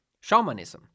shamanism